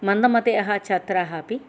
मन्दमतयः छात्राः अपि